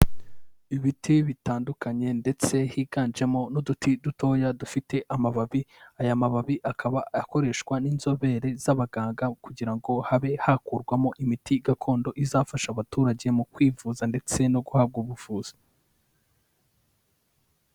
Ibiti bitandukanye ndetse higanjemo n'uduti dutoya dufite amababi. Aya mababi akaba akoreshwa n'inzobere z'abaganga kugira ngo habe hakurwamo imiti gakondo, izafasha abaturage mu kwivuza ndetse no guhabwa ubuvuzi.